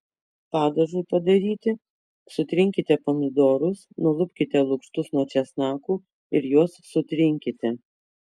padažui padaryti sutrinkite pomidorus nulupkite lukštus nuo česnakų ir juos sutrinkite